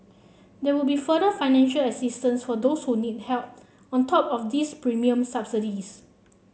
there will be further financial assistance for those who need help on top of these premium subsidies